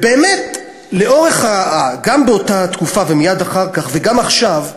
ובאמת, גם באותה תקופה ומייד אחר כך, וגם עכשיו,